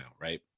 Right